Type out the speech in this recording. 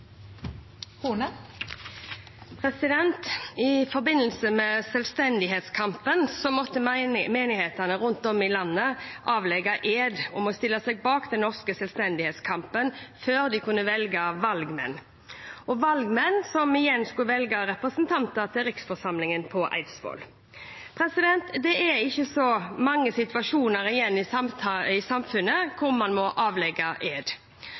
I forbindelse med selvstendighetskampen måtte menighetene rundt om i landet avlegge ed om å stille seg bak den norske selvstendighetskampen før de kunne velge valgmenn, valgmenn som igjen skulle velge representanter til riksforsamlingen på Eidsvoll. Det er ikke så mange situasjoner igjen i samfunnet der man må avlegge ed. En av de få gjelder Grunnloven § 9, hvor kongen eller dronningen må avlegge ed